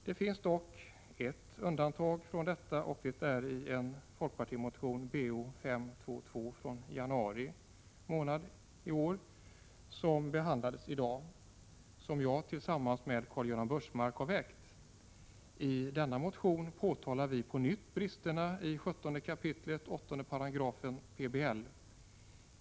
Det finns dock ett undantag från detta och det gäller en folkpartimotion Bo522 från januari 1987, som har väckts av Karl-Göran Biörsmark och mig. I denna motion påtalar vi på nytt bristerna i 17 kap. 8§ PBL.